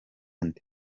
nde